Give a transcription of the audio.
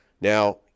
Now